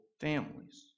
families